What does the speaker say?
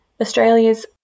Australia's